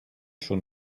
schon